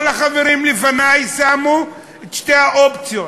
כל החברים לפני שמו את שתי האופציות.